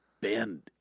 bend